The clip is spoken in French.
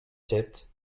sept